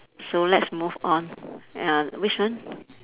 so let's move on uh which one